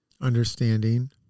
understanding